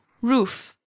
roof